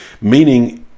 meaning